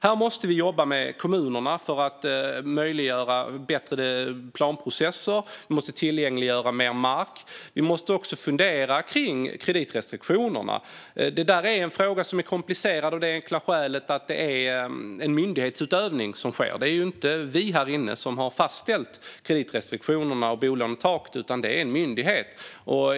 Här måste vi jobba med kommunerna för att möjliggöra bättre planprocesser, och vi måste tillgängliggöra mer mark. Vi måste också fundera på kreditrestriktionerna, vilket är en fråga som är komplicerad av det enkla skälet att det är myndighetsutövning som sker. Det är inte vi här inne som har fastställt kreditrestriktionerna och bolånetaket, utan det är en myndighet.